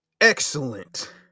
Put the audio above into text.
Excellent